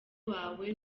wawe